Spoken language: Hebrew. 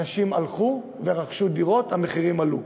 אנשים הלכו ורכשו דירות, המחירים עלו,